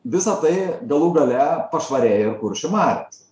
visa tai galų gale pašvarėjo kuršių marios